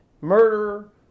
murderer